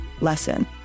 lesson